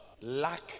lack